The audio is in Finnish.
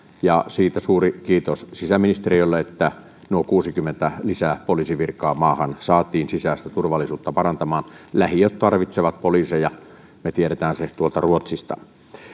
ja siitä suuri kiitos sisäministeriölle että nuo kuusikymmentä lisäpoliisivirkaa maahan saatiin sisäistä turvallisuutta parantamaan lähiöt tarvitsevat poliiseja me tiedämme sen tuolta ruotsista